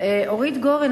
אורית גורן,